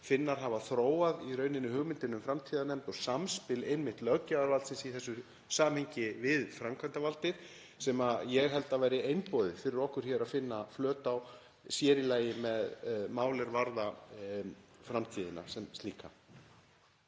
Finnar hafa í rauninni þróað hugmyndina um framtíðarnefnd og samspil löggjafarvaldsins í þessu samhengi við framkvæmdarvaldið sem ég held að væri einboðið fyrir okkur hér að finna flöt á, sér í lagi með mál er varða framtíðina sem slíka.